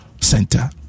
Center